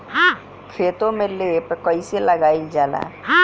खेतो में लेप कईसे लगाई ल जाला?